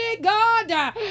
God